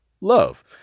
love